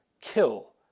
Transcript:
kill